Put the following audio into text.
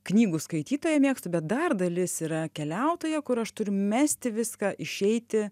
knygų skaitytoja mėgstu bet dar dalis yra keliautoja kur aš turiu mesti viską išeiti